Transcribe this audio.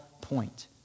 point